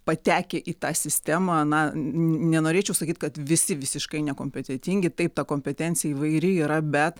patekę į tą sistemą na nenorėčiau sakyti kad visi visiškai nekompetetingi taip ta kompetencija įvairi yra bet